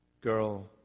girl